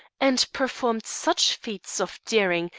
and performed such feats of daring,